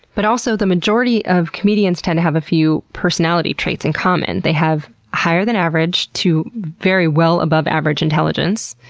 but also, the majority of comedians tend to have a few personality traits in common. they have higher-than-average to very-well above-average intelligence,